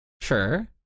sure